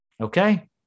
okay